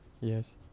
yes